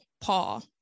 Paul